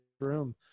room